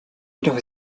jedoch